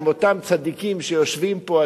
עם אותם צדיקים שיושבים פה,